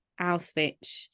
Auschwitz